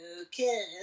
okay